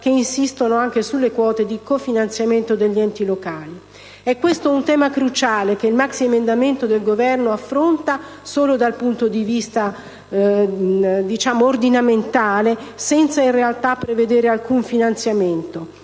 che insistono anche sulle quote di cofinanziamento degli enti locali. È questo un tema cruciale che il maxiemendamento del Governo affronta solo dal punto di vista ordinamentale, senza in realtà prevedere alcun finanziamento.